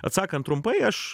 atsakant trumpai aš